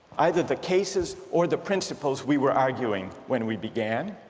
either the cases or the principles we were arguing when we began